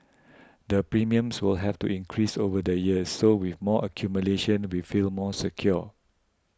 the premiums will have to increase over the years so with more accumulation we feel more secure